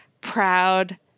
proud